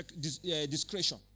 discretion